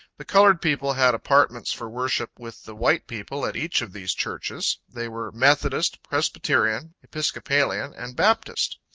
the colored people had apartments for worship with the white people, at each of these churches. they were methodist, presbyterian, episcopalian and baptist.